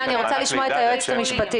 אני רוצה לשמוע את היועצת המשפטית.